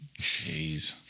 Jeez